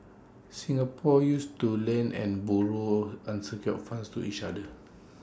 Singapore use to lend and borrow unsecured funds to each other